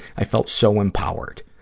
i felt so empowered.